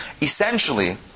Essentially